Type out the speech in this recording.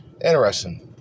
interesting